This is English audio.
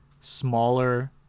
smaller